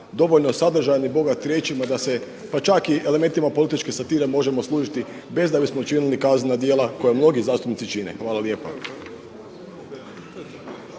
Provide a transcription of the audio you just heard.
dovoljno sadržajan i bogat riječima da se pa čak i elementima političke satire možemo služiti bez da bismo učinili kaznena djela koja mnogi zastupnici čine. Hvala lijepa.